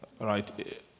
Right